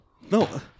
No